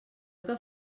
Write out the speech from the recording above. que